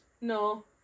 No